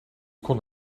kon